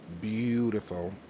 beautiful